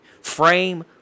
Frame